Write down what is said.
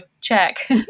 check